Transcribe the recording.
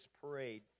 parade